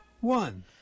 one